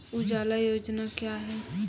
उजाला योजना क्या हैं?